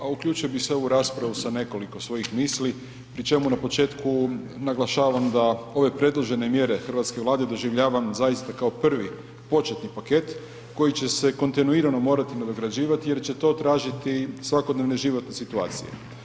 A uključio bi se u ovu raspravu sa nekoliko svojih misli pri čemu na početku naglašavam da ove predložene mjere hrvatske Vlade doživljavam zaista kao prvi početni paket koji će se kontinuirano morati nadograđivati jer će to tražiti svakodnevne životne situacije.